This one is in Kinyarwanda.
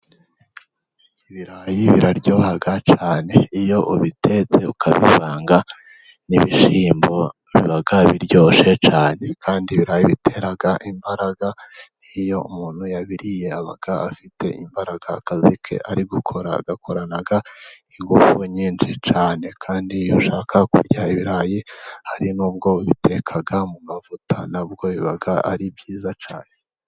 I|birayi biraryoha cyane iyo ubitetse ukabivanga n'ibishyimbo biba biryoshe cyane. Kandi bitera imbaraga iyo umuntu yabiriye aba afite imbaraga akazi ke ari gukora agakorana ingufu nyinshi cyane. Kandi iyo ushaka kurya ibirayi hari n'ubwo ubitekaga mu mavuta ntabwo biba ari byiza cyane.